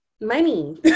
money